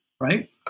Right